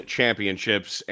Championships